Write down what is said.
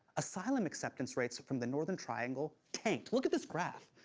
asylum acceptance rates from the northern triangle tanked. look at this graph.